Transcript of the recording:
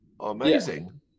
amazing